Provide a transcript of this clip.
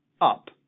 up